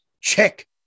check